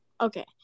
Okay